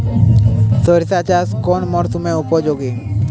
সরিষা চাষ কোন মরশুমে উপযোগী?